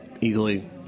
easily